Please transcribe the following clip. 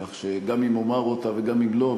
כך שאם אומר אותה וגם אם לא,